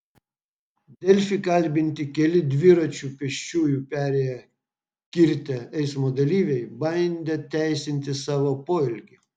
delfi kalbinti keli dviračiu pėsčiųjų perėją kirtę eismo dalyviai bandė teisinti savo poelgį